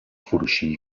فروشی